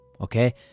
okay